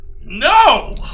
No